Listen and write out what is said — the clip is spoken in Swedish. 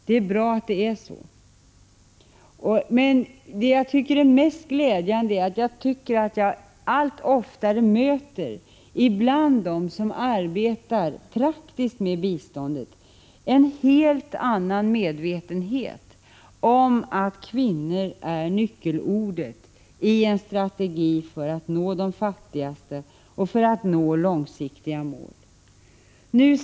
Det är bra att det är så, men det jag tycker är mest glädjande är att jag allt oftare bland dem som arbetar praktiskt med bistånd möter en helt annan medvetenhet om att ”kvinnor” är nyckelordet i en strategi för att nå de fattigaste och för att nå långsiktiga mål.